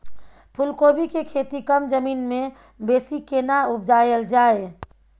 फूलकोबी के खेती कम जमीन मे बेसी केना उपजायल जाय?